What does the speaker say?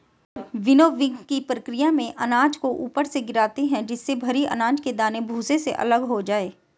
विनोविंगकी प्रकिया में अनाज को ऊपर से गिराते है जिससे भरी अनाज के दाने भूसे से अलग हो जाए